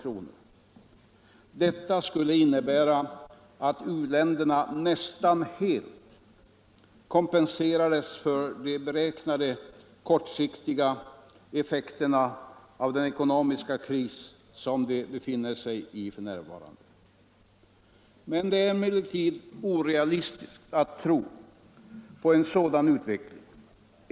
Detta skulle innebära att u-länderna nästan helt kompenserades för de beräknade kortsiktiga effekterna av den ekonomiska kris som de befinner sig i f. n. Det är emellertid orealistiskt att tro på en sådan utveckling.